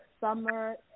Summer